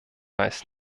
weiß